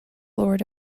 lord